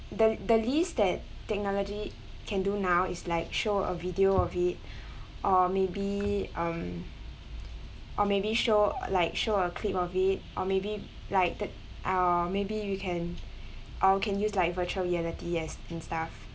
the the list that technology can do now is like show a video of it or maybe um or maybe show like show a clip of it or maybe like th~ or maybe you can or can use like virtual reality as teaching stuff